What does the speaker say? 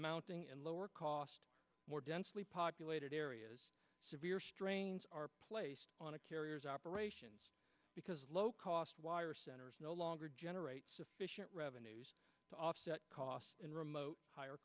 mounting and lower cost more densely populated areas severe strains are placed on a carrier's operations because low cost no longer generate sufficient revenue to offset costs in remote higher